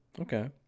Okay